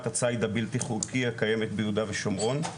הציד הבלתי חוקי הקיימת ביהודה ושומרון,